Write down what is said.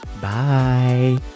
Bye